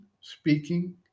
speaking